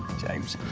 james.